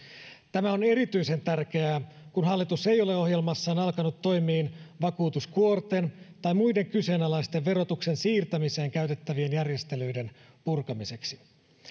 tämä on erityisen tärkeää kun hallitus ei ole ohjelmassaan alkanut toimiin vakuutuskuorten tai muiden kyseenalaisten verotuksen siirtämiseen käytettävien järjestelyiden purkamiseksi